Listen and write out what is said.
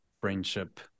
friendship